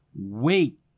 wait